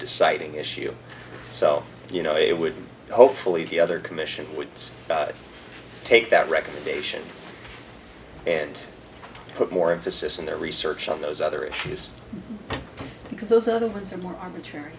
deciding issue so you know it would be hopefully the other commission would take that recommendation and put more emphasis in their research on those other issues because those are the ones and more are